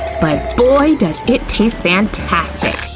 but boy, does it taste fantastic!